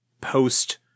post